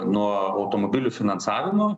nuo automobilių finansavimo